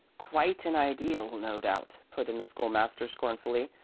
quite an ideal, no doubt, put in the school-master, scornfully.